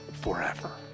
forever